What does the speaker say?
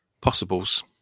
possibles